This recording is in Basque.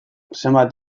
zenbat